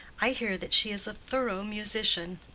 i hear that she is a thorough musician.